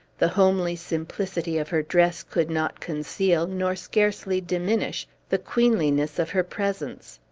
the homely simplicity of her dress could not conceal, nor scarcely diminish, the queenliness of her presence.